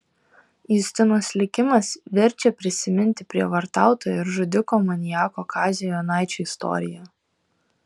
justinos likimas verčia prisiminti prievartautojo ir žudiko maniako kazio jonaičio istoriją